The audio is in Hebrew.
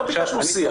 לא ביקשנו שיח.